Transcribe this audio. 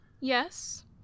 Yes